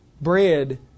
bread